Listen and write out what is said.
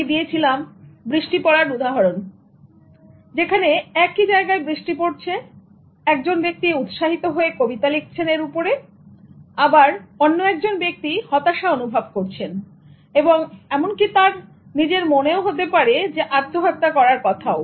আমি দিয়েছিলাম বৃষ্টি পড়ার উদাহরণ যেখানে বৃষ্টি একই জায়গায় পড়ছে একজন ব্যক্তি উৎসাহিত হয়ে কবিতা লিখছেন এর উপর আবার অন্য একজন ব্যক্তি হতাশা অনুভব করছেন এবং এমনকি তার নিজের মনে হতে পারে আত্মহত্যা করার কথাও